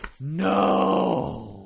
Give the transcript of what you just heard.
No